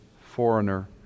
foreigner